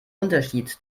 unterschied